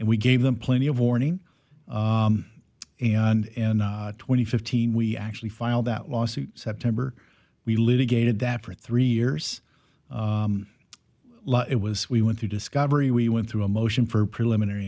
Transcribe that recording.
and we gave them plenty of warning and in twenty fifteen we actually filed that lawsuit september we litigated that for three years it was we went through discovery we went through a motion for a preliminary